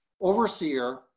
overseer